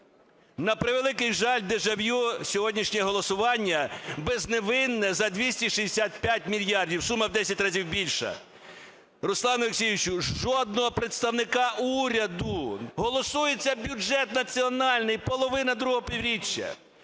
На превеликий жаль, дежавю, сьогоднішнє голосування, безневинне, за 265 мільярдів - сума в 10 разів більша. Руслане Олексійовичу, жодного представника уряду! Голосується бюджет національний, половина другого півріччя.